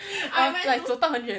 orh like 走到很远